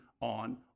on